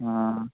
ആ